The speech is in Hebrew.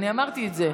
אני אמרתי את זה.